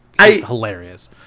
hilarious